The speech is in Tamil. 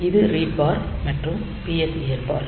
இது ரீட் பார் மற்றும் PSEN பார்